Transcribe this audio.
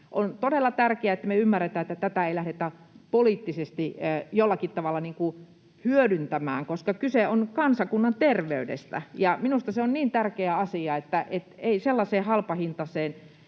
On todella tärkeää, että me ymmärretään, että tätä ei lähdetä poliittisesti jollakin tavalla hyödyntämään, koska kyse on kansakunnan terveydestä. Minusta se on niin tärkeä asia, että ei sellaiseen halpahintaiseen